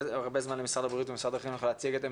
הרבה זמן לאנשי משרד הבריאות ומשרד החינוך להציג את עמדותיהם.